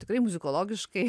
tikrai muzikologiškai